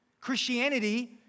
Christianity